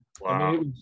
wow